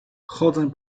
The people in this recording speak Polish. chodzę